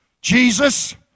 Jesus